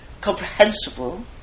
comprehensible